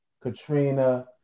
Katrina